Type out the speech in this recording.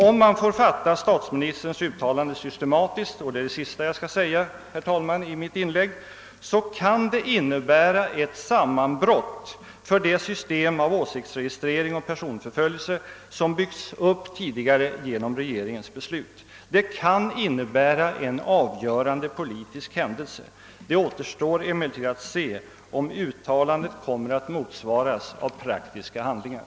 Om man får fatta statsministerns uttalande optimistiskt så kan det innebära ett sammanbrott för det system av åsiktsregistrering och personförföljelse som tidigare byggts upp genom regeringens beslut. Detta kan innebära en avgörande politisk händelse. Det återstår emellertid att se om uttalandet kommer att motsvaras av praktiska handlingar.